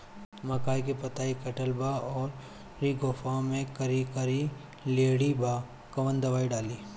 मकई में पतयी कटल बा अउरी गोफवा मैं करिया करिया लेढ़ी बा कवन दवाई डाली?